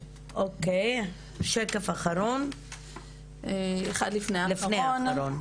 אוקיי, שקף אחרון או לפני האחרון?